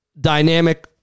dynamic